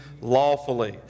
lawfully